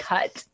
Cut